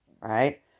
right